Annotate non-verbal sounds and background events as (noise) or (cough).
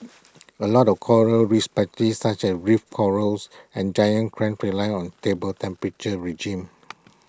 (noise) A lot of Coral respected such as reef corals and giant crams rely on stable temperature regime